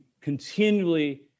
continually